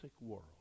world